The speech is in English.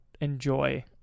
enjoy